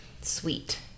sweet